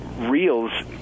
reels